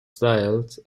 styled